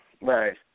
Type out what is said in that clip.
Right